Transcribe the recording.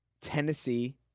Tennessee